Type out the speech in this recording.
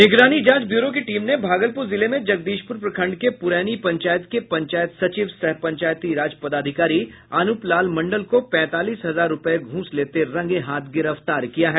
निगरानी जांच ब्यूरो की टीम ने भागलपुर जिले में जगदीशपुर प्रखंड के पूरैनी पंचायत के पंचायत सचिव सह पंचायती राज पदाधिकारी अनुप लाल मंडल को पैंतालीस हजार रूपये घूस लेते हुए रंगे हाथ गिरफ्तार किया है